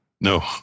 No